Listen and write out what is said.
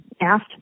asked